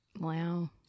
Wow